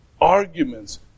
arguments